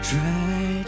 Try